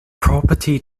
property